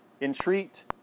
Entreat